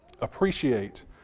appreciate